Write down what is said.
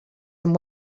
him